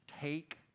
take